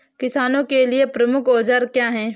किसानों के लिए प्रमुख औजार क्या हैं?